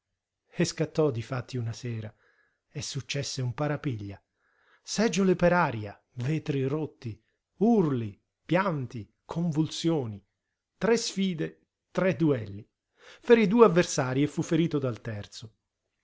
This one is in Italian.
e scattò difatti una sera e successe un parapiglia seggiole per aria vetri rotti urli pianti convulsioni tre sfide tre duelli ferí due avversari e fu ferito dal terzo